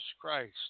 Christ